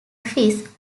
office